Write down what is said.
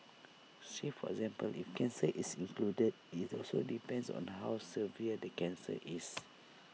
say for example if cancer is included IT also depends on the how severe the cancer is